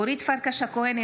אורית פרקש הכהן,